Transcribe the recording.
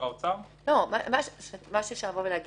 משהו שאמור להגיד